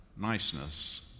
niceness